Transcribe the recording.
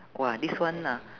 !wah! this one ah